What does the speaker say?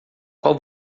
qual